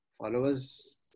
Followers